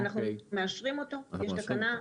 אנחנו מאשרים אותו, יש תקנה שאנחנו,